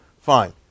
Fine